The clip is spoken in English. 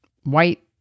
white